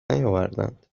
نیاوردند